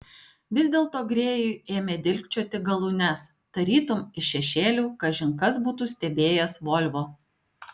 vis dėlto grėjui ėmė dilgčioti galūnes tarytum iš šešėlių kažin kas būtų stebėjęs volvo